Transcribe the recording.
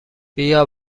بیا